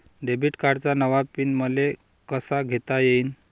Debit कार्डचा नवा PIN मले कसा घेता येईन?